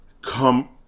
come